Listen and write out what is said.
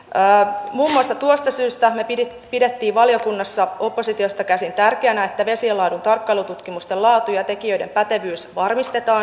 muun muassa tuosta syystä me pidimme valiokunnassa oppositiosta käsin tärkeänä että vesien laadun tarkkailututkimusten laatu ja tekijöiden pätevyys varmistetaan